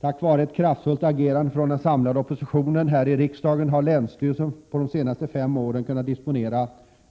Tack vare ett kraftfullt agerande från den samlade oppositionen här i riksdagen har länsstyrelsen i Norrbotten under de senaste fem åren kunnat disponera